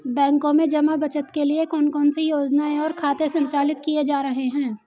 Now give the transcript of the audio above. बैंकों में जमा बचत के लिए कौन कौन सी योजनाएं और खाते संचालित किए जा रहे हैं?